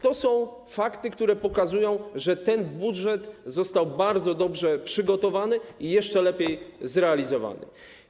To są fakty, które pokazują, że ten budżet został bardzo dobrze przygotowany i jeszcze lepiej zrealizowany.